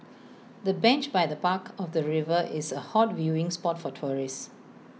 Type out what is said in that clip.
the bench by the bank of the river is A hot viewing spot for tourists